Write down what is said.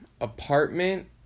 apartment